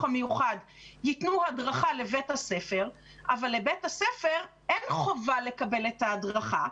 המיוחד ייתנו הדרכה לבית הספר אבל לבית הספר אין חובה לקבל את ההדרכה,